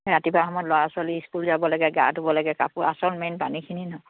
ৰাতিপুৱা সময় ল'ৰা ছোৱালী ইস্কুল যাব লাগে গা ধুব লাগে কাপোৰ আচল মেইন পানীখিনি নহয়